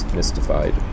mystified